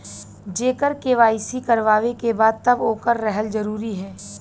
जेकर के.वाइ.सी करवाएं के बा तब ओकर रहल जरूरी हे?